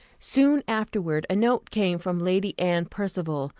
soon afterward a note came from lady anne percival,